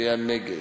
יצביע נגד.